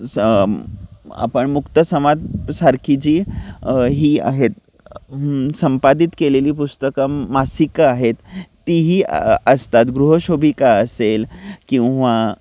स आपण मुक्तसमाजसारखी जी ही आहेत संपादित केलेली पुस्तकं मासिकं आहेत तीही असतात गृहशोभिका असेल किंवा